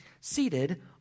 seated